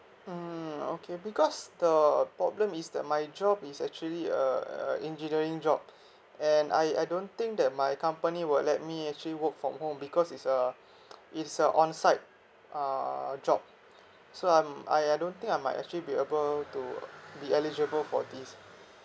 mmhmm okay because the problem is that my job is actually uh uh engineering job and I I don't think that my company will let me actually work from home because it's a it's a onsite uh job so I'm I I don't think I might actually be able to be eligible for this